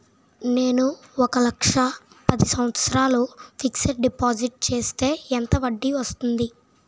నేను ఒక లక్ష పది సంవత్సారాలు ఫిక్సడ్ డిపాజిట్ చేస్తే ఎంత వడ్డీ వస్తుంది?